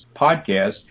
podcast